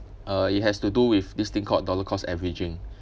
uh it has to do with this thing called dollar cost averaging